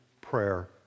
prayer